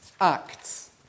acts